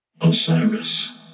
Osiris